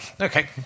Okay